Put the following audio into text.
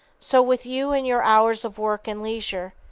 so with you and your hours of work and leisure.